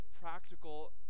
practical